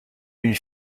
une